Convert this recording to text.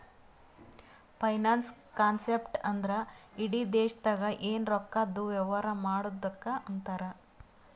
finance concept ಅಂದ್ರ ಇಡಿ ದೇಶ್ದಾಗ್ ಎನ್ ರೊಕ್ಕಾದು ವ್ಯವಾರ ಮಾಡದ್ದುಕ್ ಅಂತಾರ್